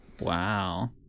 Wow